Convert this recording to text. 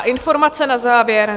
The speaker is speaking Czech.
Informace na závěr.